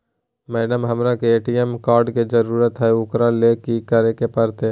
Madam, हमरा के ATM card के जरूरत है ऊकरा ले की की करे परते?